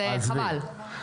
חבל.